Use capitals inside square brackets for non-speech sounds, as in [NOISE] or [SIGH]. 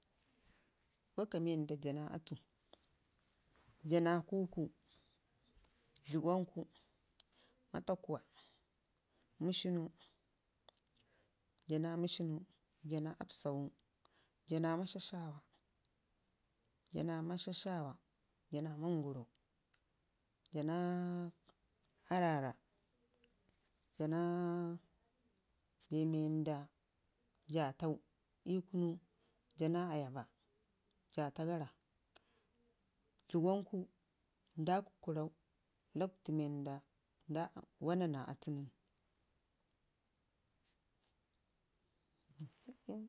Waaka wanda jaa naa aatu daa na kukku, dlugwanku maata kuwak, məshinu, jaa naa aapsawu, saa naa maashashawa, jaa naa mangoro, saa naa aarrarra [UNINTELLIGIBLE] bee wanda jaa tau Jaa naa aataba jaa taggara dləgwon ku nda kukku rrau lo artu nda wanna naa aatu nən. [HESITATION]